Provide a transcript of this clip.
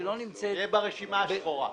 שלא נמצאת ---- שתהיה ברשימה השחורה.